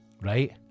Right